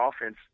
offense